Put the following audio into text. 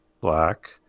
Black